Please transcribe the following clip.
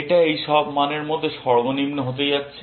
এটা এই সব মানের মধ্যে সর্বনিম্ন হতে যাচ্ছে